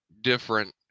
different